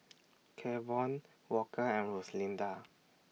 Kevon Walker and Rosalinda